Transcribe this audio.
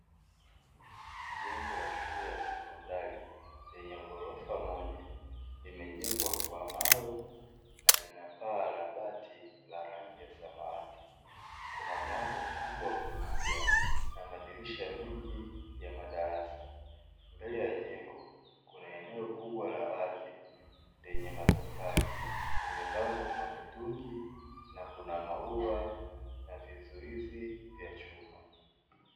Jengo la shule ya sekondari lenye ghorofa moja, limejengwa kwa mawe na lina paa la bati la rangi ya samawati, kuna mlango mkubwa kuingia na madirisha mengi ya madarasa, mbele ya jengo kuna eneo kubwa la wazi lenye matofali, limepangwa kwa mitungi na kuna maua na vizuizi vya chuma.